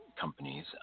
companies